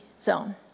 zone